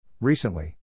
Recently